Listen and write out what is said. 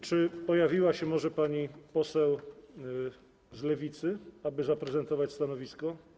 Czy pojawiła się może pani poseł z Lewicy, aby zaprezentować stanowisko?